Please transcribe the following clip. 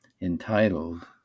entitled